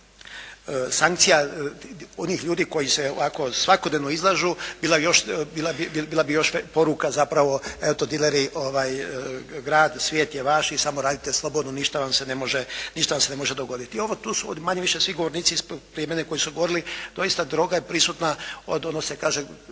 sankcija onih ljudi koji se svakodnevno izlažu bila bi još poruka zapravo eto dileri grad, svijet je vaš i samo radite slobodno, ništa vam se ne može dogoditi. Ovo tu su manje-više svi govornici prije mene koji su govorili doista droga je prisutna od onog što se kaže